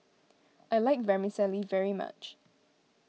I like Vermicelli very much